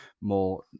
more